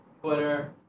Twitter